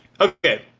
Okay